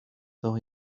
though